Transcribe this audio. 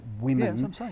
women